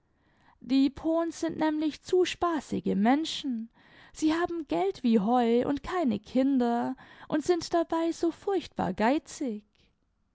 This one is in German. die pohns sind nämlich zu spaßige menschen sie haben geld wie heu und keine rinder und sind dabei so furchtbar geizig